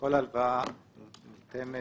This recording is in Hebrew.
כל הלוואה מותאמת.